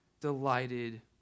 delighted